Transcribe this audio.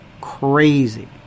crazy